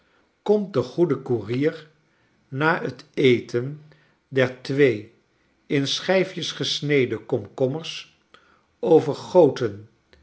komt de goede koerier na het eten der twee in schijfjes gesneden komkommers overgoten